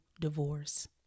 divorce